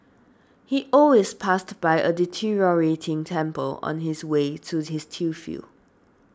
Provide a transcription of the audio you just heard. he always passed by a deteriorating temple on his way to his tea field